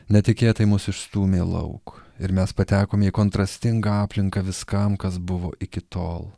netikėtai mus išstūmė lauk ir mes patekom į kontrastingą aplinką viskam kas buvo iki tol